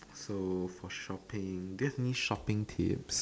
so for shopping do you have any shopping tips